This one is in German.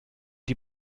die